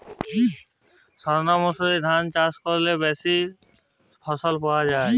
সর্ণমাসুরি ধান খরিপে চাষ করলে বেশি ফলন পাওয়া যায়?